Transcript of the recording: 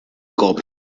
cop